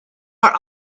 are